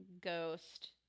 ghost